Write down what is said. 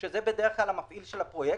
שזה בדרך כלל המפעיל של הפרויקט,